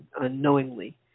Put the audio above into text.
unknowingly